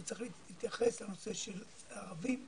הוא צריך להתייחס לנושא של הערבים,